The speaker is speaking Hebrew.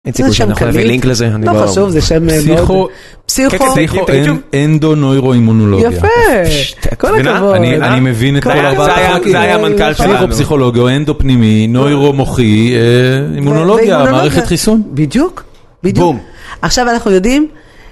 אין סיבוב שאנחנו נביא לינק לזה, אני לא ארוך. לא חשוב, זה שם מאוד... פסיכו... אינדו, נוירו, אימונולוגיה. יפה! אני מבין את כל הדבר. זה היה המנכ'ל שלנו. פסיכולוגיה או אינדו פנימי, נוירו מוחי, אימונולוגיה, מערכת חיסון. בדיוק. בום. עכשיו אנחנו יודעים...